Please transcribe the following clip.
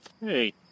Hey